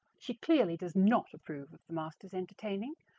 she clearly does not approve of the master's entertaining,